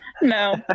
No